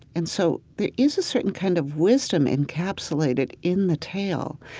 and so there is a certain kind of wisdom encapsulated in the tale.